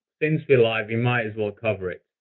since we're live, we might as well cover it.